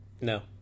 No